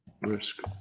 risk